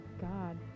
god